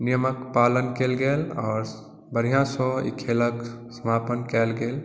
नियमके पालन कयल गेल आओर बढ़िआसँ ई खेलक समापन कयल गेल